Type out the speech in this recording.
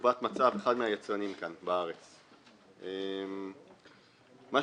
אחד מיצרני הפיגומים בארץ מה שקורה,